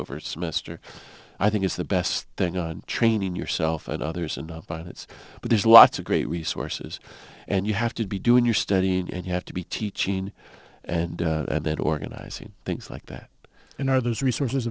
over semester i think it's the best thing on training yourself and others and up on it's but there's lots of great resources and you have to be doing your studying and you have to be teaching and organizing things like that and are those resources